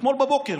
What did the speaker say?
אתמול בבוקר.